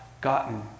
gotten